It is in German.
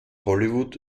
hollywood